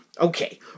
Okay